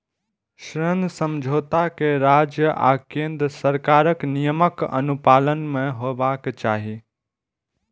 ऋण समझौता कें राज्य आ केंद्र सरकारक नियमक अनुपालन मे हेबाक चाही